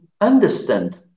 understand